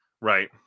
Right